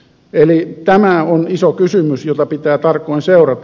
eli tämä on iso kysymys jota pitää tarkoin seurata